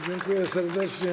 Dziękuję serdecznie.